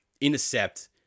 intercept